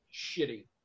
shitty